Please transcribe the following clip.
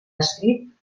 escrit